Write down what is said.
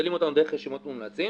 מסנדלים אותנו דרך רשימות מומלצים.